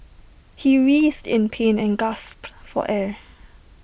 he writhed in pain and gasped for air